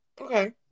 Okay